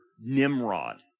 Nimrod